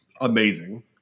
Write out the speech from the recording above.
amazing